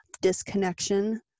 disconnection